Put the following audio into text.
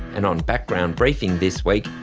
and on background briefing this week,